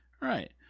Right